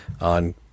on